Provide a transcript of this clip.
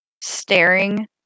staring